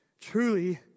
Truly